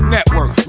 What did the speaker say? Network